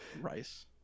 Rice